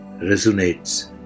resonates